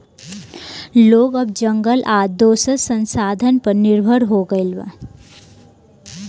लोग अब जंगल आ दोसर संसाधन पर निर्भर हो गईल बा